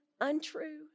untrue